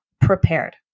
prepared